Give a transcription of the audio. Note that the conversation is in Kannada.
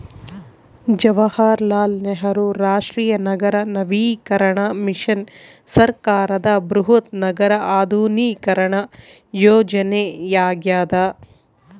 ಜವಾಹರಲಾಲ್ ನೆಹರು ರಾಷ್ಟ್ರೀಯ ನಗರ ನವೀಕರಣ ಮಿಷನ್ ಸರ್ಕಾರದ ಬೃಹತ್ ನಗರ ಆಧುನೀಕರಣ ಯೋಜನೆಯಾಗ್ಯದ